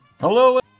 hello